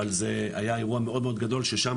אבל זה היה אירוע מאוד מאוד גדול ששם